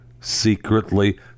secretly